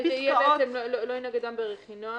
לא ינהג אדם ברכינוע